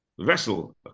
vessel